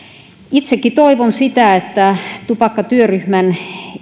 itsekin toivon sitä että tupakkatyöryhmän